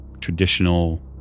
traditional